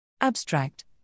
Abstract